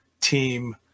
team